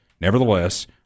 Nevertheless